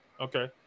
Okay